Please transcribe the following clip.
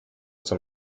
zum